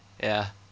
ya